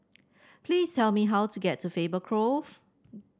please tell me how to get to Faber Grove